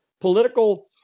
political